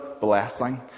blessing